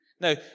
Now